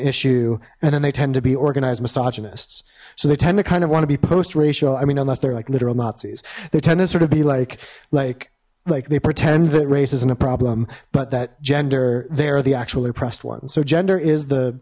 issue and then they tend to be organized misogynists so they tend to kind of want to be post racial i mean unless they're like literal nazis the tenants are to be like like like they pretend that race isn't a problem but that gender they're the actual oppressed ones so gender is the